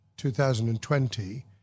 2020